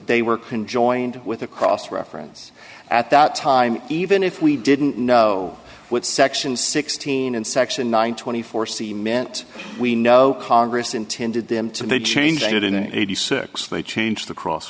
they were can joined with a cross reference at that time even if we didn't know what section sixteen and section nine twenty four see meant we know congress intended them to change it in eighty six they changed the cross